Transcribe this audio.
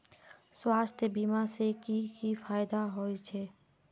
स्वास्थ्य बीमा से की की फायदा छे?